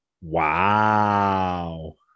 wow